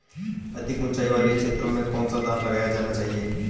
अधिक उँचाई वाले क्षेत्रों में कौन सा धान लगाया जाना चाहिए?